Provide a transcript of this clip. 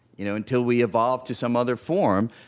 you know until we evolve to some other form.